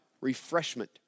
refreshment